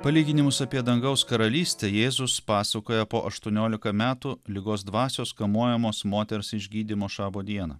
palyginimus apie dangaus karalystę jėzus pasakoja po aštuoniolika metų ligos dvasios kamuojamos moters išgydymo šabo dieną